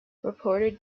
reported